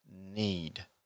need